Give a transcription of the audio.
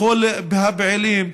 לכל הפעילים,